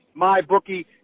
MyBookie